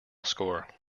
score